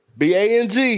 bang